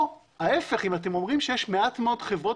פה ההפך אם אתם אומרים שיש מעט מאוד חברות